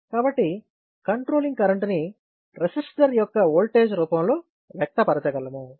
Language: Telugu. కాబట్టి కంట్రోలింగ్ కరెంటు ని రెసిస్టర్ యొక్క ఓల్టేజ్ రూపంలో వ్యక్త పరచగలము